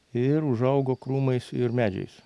ir užaugo krūmais ir medžiais